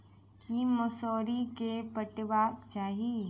की मौसरी केँ पटेबाक चाहि?